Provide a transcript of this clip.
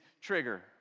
trigger